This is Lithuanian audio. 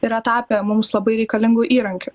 yra tapę mums labai reikalingu įrankiu